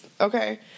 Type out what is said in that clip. okay